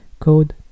code